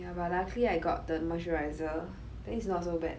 ya but luckily I got the moisturiser then it's not so bad